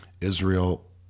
Israel